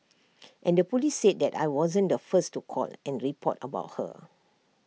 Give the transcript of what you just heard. and the Police said that I wasn't the first to call and report about her